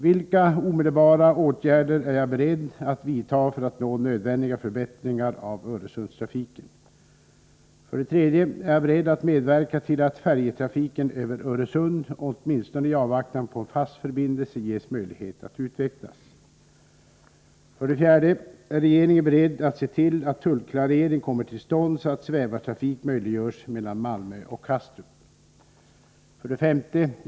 Vilka omedelbara åtgärder är jag beredd att vidta för att nå nödvändiga förbättringar av Öresundstrafiken? 3. Är jag beredd att medverka till att färjetrafiken över Öresund, åtminstone i avvaktan på en fast förbindelse, ges möjlighet att utvecklas? 4. Är regeringen beredd att se till att tullklarering kommer till stånd, så att svävartrafik möjliggörs mellan Malmö och Kastrup? 5.